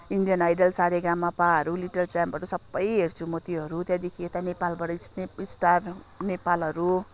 Indian Idol सारेगामापाहरू little च्याम्पहरू सबै हेर्छु म त्योहरू त्यहाँदेखि यता नेपालबाट स्नेप स्टार नेपालहरू